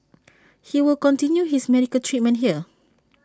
he will continue his medical treatment here